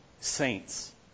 saints